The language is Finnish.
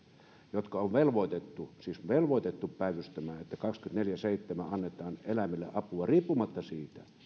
jotka on velvoitettu siis velvoitettu päivystämään että kaksikymmentäneljä kautta seitsemään annetaan eläimille apua riippumatta siitä